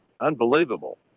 Unbelievable